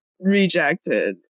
rejected